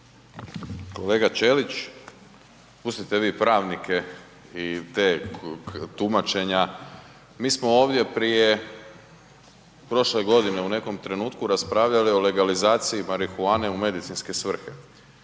Kolega Ćelić, pustite vi pravnike i te tumačenja. Mi smo ovdje prije, prošle godine u nekom trenutku raspravljali o legalizaciji marihuane u medicinske svrhe.